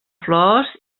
flors